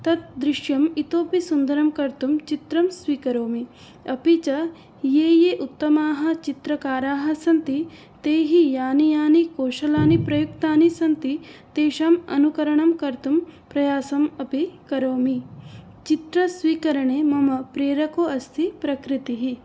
तत् दृश्यम् इतोऽपि सुन्दरं कर्तुं चित्रं स्वीकरोमि अपि च ये ये उत्तमाः चित्रकाराः सन्ति तैः यानि यानि कौशल्यानि प्रयुक्तानि सन्ति तेषाम् अनुकरणं कर्तुं प्रयासम् अपि करोमि चित्रस्वीकरणे मम प्रेरका अस्ति प्रकृतिः